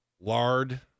Lard